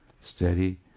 steady